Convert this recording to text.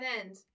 end